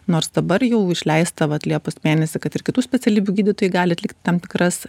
nors dabar jau išleista vat liepos mėnesį kad ir kitų specialybių gydytojai gali atlikti tam tikras